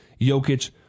Jokic